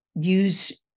use